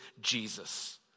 Jesus